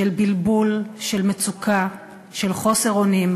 של בלבול, של מצוקה, של חוסר אונים.